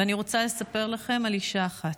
ואני רוצה לספר לכם על אישה אחת.